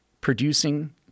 producing